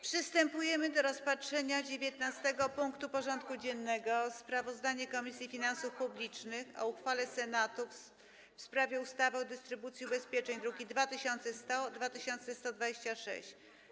Przystępujemy do rozpatrzenia punktu 19. porządku dziennego: Sprawozdanie Komisji Finansów Publicznych o uchwale Senatu w sprawie ustawy o dystrybucji ubezpieczeń (druki nr 2106 i 2126)